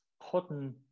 putting